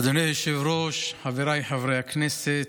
אדוני היושב-ראש, חבריי חברי הכנסת,